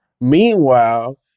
Meanwhile